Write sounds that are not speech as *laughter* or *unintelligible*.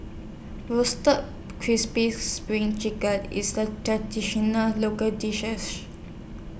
Roasted Crispy SPRING Chicken IS A Traditional Local *unintelligible*